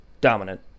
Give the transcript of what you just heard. Dominant